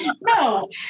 No